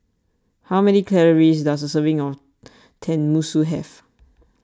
how many calories does a serving of Tenmusu have